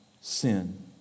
sin